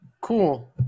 Cool